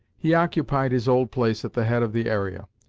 he occupied his old place at the head of the area.